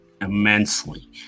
Immensely